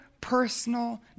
personal